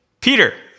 Peter